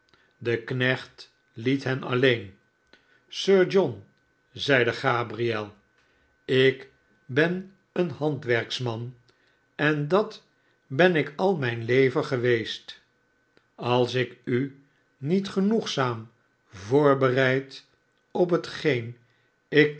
de knecht liet hen alleen sir john zeide gabriel ik ben een handwerksman en dat ben ik al mijn leven geweest als ik u niet genoegzaam voorbereid op hetgeen ik